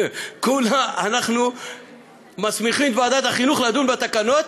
כולה אנחנו מסמיכים את ועדת החינוך לדון בתקנות